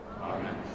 Amen